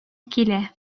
килә